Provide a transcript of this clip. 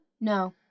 No